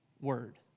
word